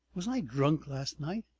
was i drunk last night?